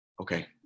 Okay